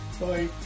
Bye